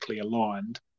aligned